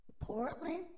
Portland